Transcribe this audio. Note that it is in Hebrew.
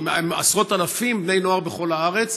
הוא מארגן עשרות אלפים בני נוער בכל הארץ.